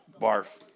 barf